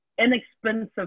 inexpensive